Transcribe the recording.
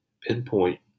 pinpoint